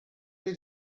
did